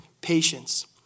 patience